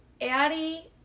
Addie